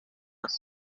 las